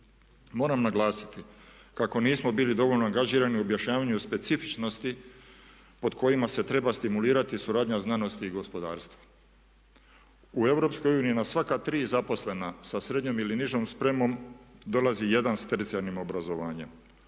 Moram naglasiti kako nismo bili dovoljno angažirani u objašnjavanju specifičnosti pod kojima se treba stimulirati suradnja znanosti i gospodarstva. U EU na sva tri zaposlena sa srednjom ili nižom spremom dolazi jedan s tercijarnim obrazovanjem.